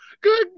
good